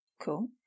cool